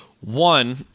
One